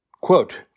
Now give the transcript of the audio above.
Quote